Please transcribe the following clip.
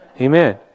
Amen